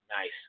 Nice